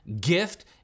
gift